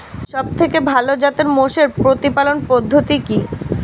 সবথেকে ভালো জাতের মোষের প্রতিপালন পদ্ধতি কি?